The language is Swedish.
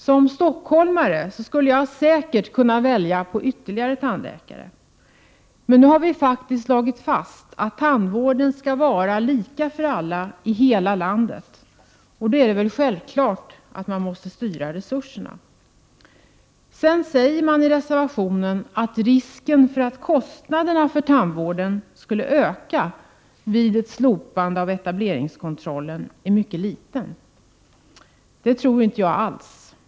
Som stockholmare skulle jag säkert kunna välja på ytterligare tandläkare. Men nu har vi faktiskt slagit fast att tandvården skall vara lika för alla i hela landet — och då är det väl självklart att man måste styra resurserna. Sedan sägs det i reservationen att risken för att kostnaderna för tandvården skulle öka vid ett slopande av etableringskontrollen är mycket liten. Det tror jaginte alls.